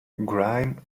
grime